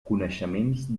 coneixements